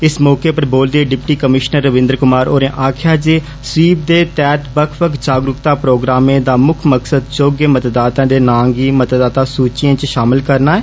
इस मौके पर बोलदे होई डिप्टी कमीषन रविन्द्र कुमार होरें आक्खेआ जे स्वीप दे तैहत बक्ख बक्ख जागरूक्ता प्रोग्रामें दा मुक्ख मकसद योग्य मतदाताएं दे नां गी मतदाता सूचियें च षामल करना ऐ